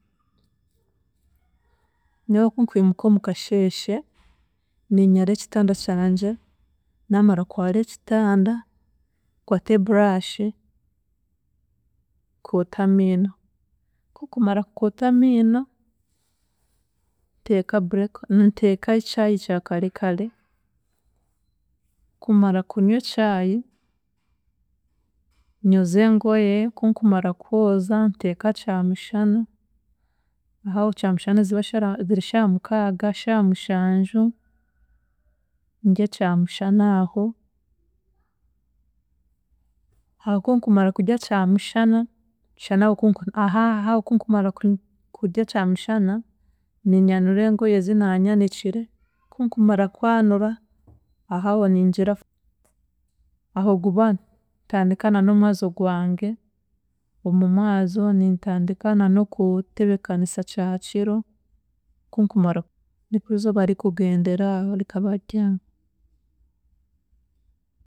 Nyowe kunkwimuka omukasheashe, niinyara ekitanda kyangye, naamara kwara ekitanda, nkwate brush nkuute amiino, kunkumara kukuuta amiino, nteeka break ni neteka kyayi kyakareekare, kumara kunywa ekyayi, nyoze engoye, kunkumara kwoza, nteeka kyamushana, ndye kyamushana aho, aho kunkumara kurya kyamushana, shana aho kuku ahaha kunkumara ku- kudya kyamushana, ninyanura engoyi zinaanyanikire, kunkumara kwanura ahaaho ningira ahogubanu, nintandika na n'omwebazo gwange, omu mwebazo nintandika na n'okutebeekanisa kyakiro, kunkumara nikwe izooba ririkugendera aho rikaba ryahwa.